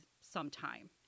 sometime